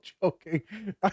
joking